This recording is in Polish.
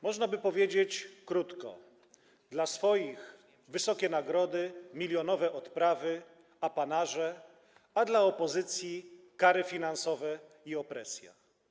Można by powiedzieć krótko: dla swoich są wysokie nagrody, milionowe odprawy, apanaże, a dla opozycji - kary finansowe i opresja.